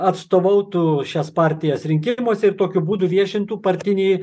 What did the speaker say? atstovautų šias partijas rinkimuose ir tokiu būdu viešintų partinį